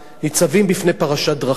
ניצבים בפרשת דרכים.